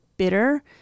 bitter